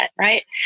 right